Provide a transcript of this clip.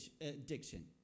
addiction